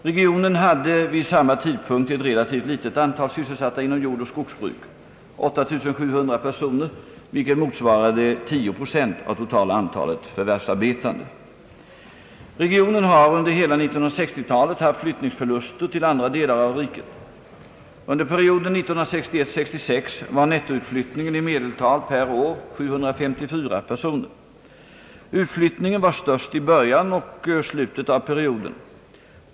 Regionen hade vid samma tidpunkt ett relativt litet antal sysselsatta inom Regionen har under hela 1960-talet haft flyttningsförluster till andra delar av riket. Under perioden 1961—1966 var nettoutflyttningen i medeltal per år 754 personer. Utflyttningen var störst i början och slutet av perioden.